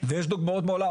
ויש דוגמאות בעולם,